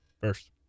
first